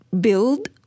build